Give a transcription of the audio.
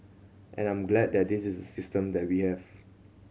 and I'm glad that this is the system that we have